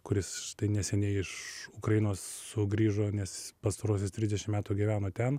kuris neseniai iš ukrainos sugrįžo nes pastaruosius trisdešim metų gyveno ten